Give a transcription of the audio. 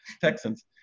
Texans